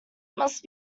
must